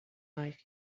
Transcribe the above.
life